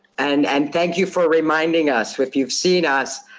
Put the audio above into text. and and thank you for reminding us, if you've seen us,